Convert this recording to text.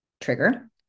trigger